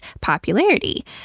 popularity